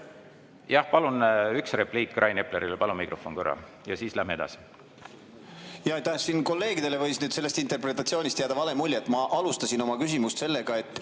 Jah, palun, üks repliik Rain Eplerile! Palun mikrofon korra talle ja siis läheme edasi. Jaa, aitäh! Kolleegidele võis nüüd sellest interpretatsioonist jääda vale mulje. Ma alustasin oma küsimust sellega, et